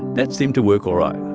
that seemed to work all right.